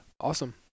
Awesome